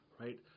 right